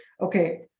okay